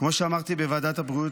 כמו שאמרתי בוועדת הבריאות,